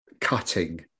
cutting